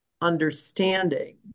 understanding